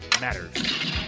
matters